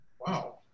wow